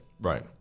right